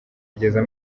kugeza